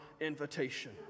invitation